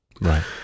Right